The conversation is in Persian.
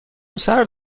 سرد